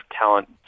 talent